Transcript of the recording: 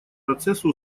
процессу